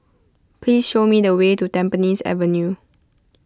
please show me the way to Tampines Avenue